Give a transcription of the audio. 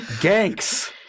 gangs